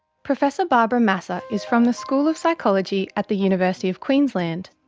professor barbara masser is from the school of psychology at the university of queensland.